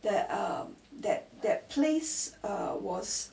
that err that that place err was